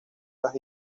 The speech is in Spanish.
las